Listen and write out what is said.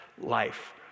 life